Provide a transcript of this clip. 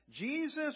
Jesus